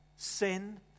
Sin